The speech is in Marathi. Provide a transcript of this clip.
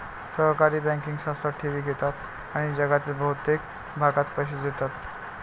सहकारी बँकिंग संस्था ठेवी घेतात आणि जगातील बहुतेक भागात पैसे देतात